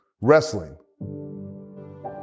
Wrestling